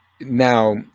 Now